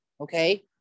Okay